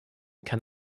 kann